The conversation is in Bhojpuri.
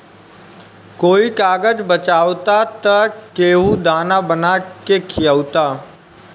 कोई कागज बचावता त केहू दाना बना के खिआवता